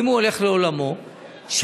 הולך לעולמו,